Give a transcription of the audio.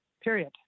period